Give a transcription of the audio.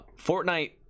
Fortnite